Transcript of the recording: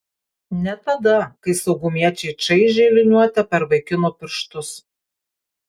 ne tada kai saugumiečiai čaižė liniuote per vaikino pirštus